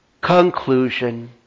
Conclusion